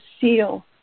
seal